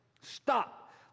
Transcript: Stop